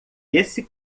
esse